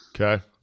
Okay